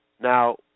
Now